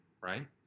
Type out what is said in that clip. right